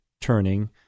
turning